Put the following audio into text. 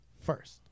first